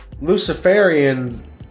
Luciferian